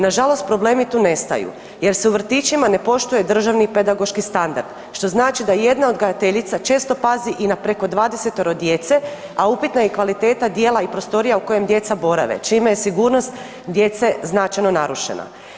Nažalost, problemi tu ne staju jer se u vrtićima ne poštuje državni i pedagoški standard, što znači da jedna odgajateljica često pazi i na preko 20-oro djece, a upitna je kvaliteta dijela i prostorija u kojem djeca borave, čime je sigurnost djece značajno narušena.